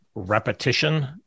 repetition